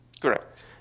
Correct